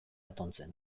atontzen